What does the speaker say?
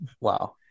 Wow